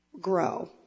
grow